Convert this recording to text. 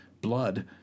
blood